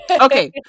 Okay